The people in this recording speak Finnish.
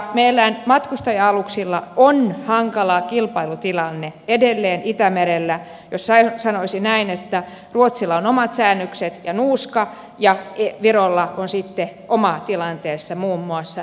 meidän matkustaja aluksillamme on hankala kilpailutilanne edelleen itämerellä jos sanoisi näin että ruotsilla on omat säännökset ja nuuska ja virolla on sitten oma tilanteensa muun muassa palkkoineen